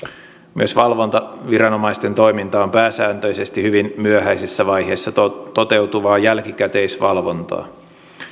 myös valvontaviranomaisten toiminta on pääsääntöisesti hyvin myöhäisessä vaiheessa toteutuvaa jälkikäteisvalvontaa